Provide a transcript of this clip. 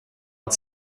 att